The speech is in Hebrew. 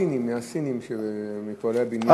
הסינים, פועלי הבניין.